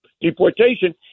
deportation